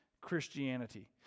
Christianity